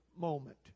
moment